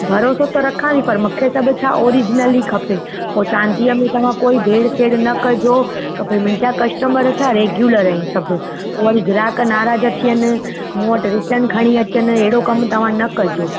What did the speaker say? भरोसा त रखां थी पर मूंखे सभु छा ओरिजनल ई खपे पोइ चांदीअ में तव्हां कोई भेड़ सेड़ न कजो की भई मुंहिंजा कस्टमर छा रेग्युलर आहिनि सभु पोइ वरी गिराक नाराज़ थियनि मूं वटि रिटन खणी अचनि अहिड़ो कमु तव्हां न कजो